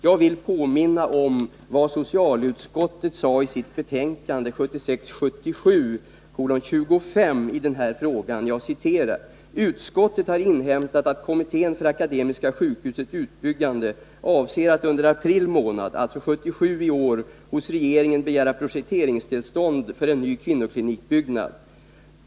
Jag vill påminna om vad socialutskottet skrev i sitt betänkande 1976/77:25 i denna fråga: ”Utskottet har inhämtat att kommittén för akademiska sjukhusets utbyggande avser att under april månad i år hos regeringen begära projekteringstillstånd för en ny kvinnoklinikbyggnad.